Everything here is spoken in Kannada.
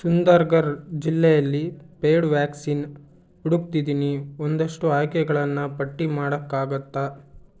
ಸುಂದರ್ಘರ್ ಜಿಲ್ಲೆಯಲ್ಲಿ ಪೇಯ್ಡ್ ವ್ಯಾಕ್ಸಿನ್ ಹುಡುಕ್ತಿದ್ದೀನಿ ಒಂದಷ್ಟು ಆಯ್ಕೆಗಳನ್ನು ಪಟ್ಟಿ ಮಾಡೋಕ್ಕಾಗತ್ತಾ